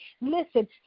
Listen